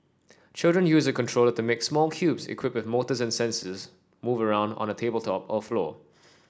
children use a controller to make small cubes equipped with motors and sensors move around on a tabletop or floor